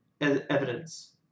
evidence